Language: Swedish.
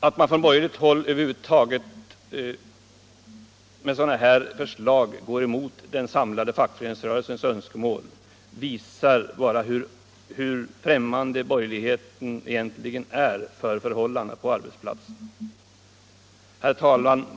Att man från borgerligt håll över huvud taget med sådana här förslag går emot den samlade fackföreningsrörelsens önskemål visar bara hur främmande borgerligheten egentligen är för förhållandena på arbetsplatserna. Herr talman!